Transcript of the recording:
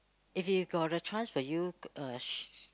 if you got a chance will you uh sh~